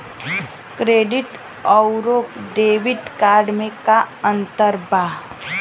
Credit अउरो debit card मे का अन्तर बा?